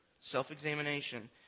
Self-examination